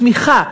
תמיכה,